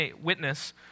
witness